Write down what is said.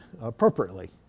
appropriately